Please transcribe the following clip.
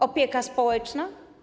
Opieka społeczna?